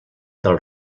del